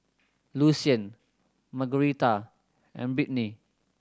Lucien Margaretha and Brittney